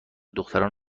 دختران